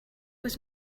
was